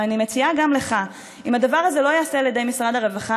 ואני מציעה גם לך: אם הדבר הזה לא ייעשה על ידי משרד הרווחה,